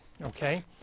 Okay